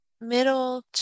middle